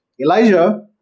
elijah